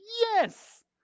yes